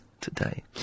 today